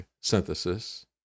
synthesis